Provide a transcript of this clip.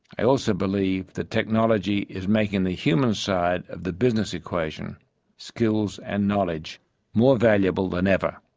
i also believe that technology is making the human side of the business equation skills and knowledge more valuable than ever.